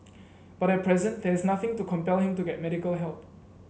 but at present there is nothing to compel him to get medical help